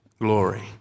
glory